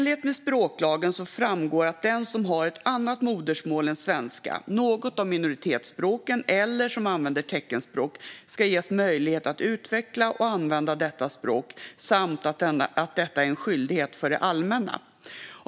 I språklagen framgår att den som har ett annat modersmål än svenska, något av minoritetsspråken eller som använder teckenspråk ska ges möjlighet att utveckla och använda detta språk samt att detta är en skyldighet för det allmänna.